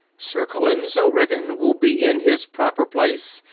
sir colenso ridgeon will be in his proper place,